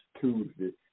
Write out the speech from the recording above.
Tuesday